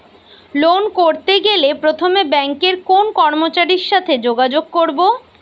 Loan করতে গেলে প্রথমে ব্যাঙ্কের কোন কর্মচারীর সাথে যোগাযোগ করব?